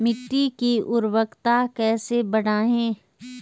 मिट्टी की उर्वरकता कैसे बढ़ायें?